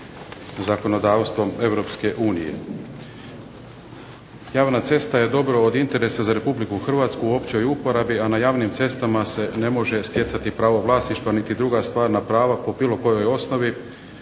zakonodavstvom Europske unije. Javna cesta je dobro od interesa za Republiku Hrvatsku u općoj uporabi a na javnim cestama se ne može stjecati pravo vlasništva niti druga stvarna prava po bilo kojoj osnovi